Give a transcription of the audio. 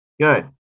Good